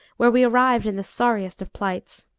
where we arrived in the sorriest of plights.